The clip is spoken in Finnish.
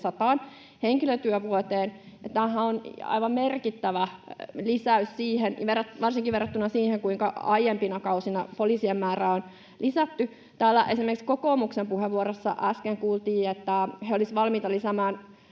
200 henkilötyövuoteen, ja tämähän on aivan merkittävä lisäys varsinkin verrattuna siihen, kuinka aiempina kausina poliisien määrää on lisätty. Täällä esimerkiksi kokoomuksen puheenvuorossa äsken kuultiin, että he olisivat valmiita lisäämään